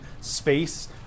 space